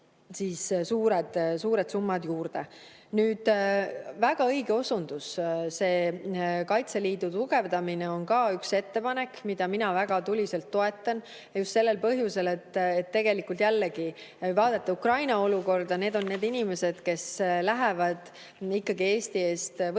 sinna suured summad juurde. Väga õige osundus, Kaitseliidu tugevdamine on ka üks ettepanek, mida mina väga tuliselt toetan. Just sellel põhjusel, et jällegi, kui vaadata ka Ukraina olukorda, siis need on need inimesed, kes lähevad ikkagi Eesti eest võitlema,